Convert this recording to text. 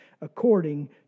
according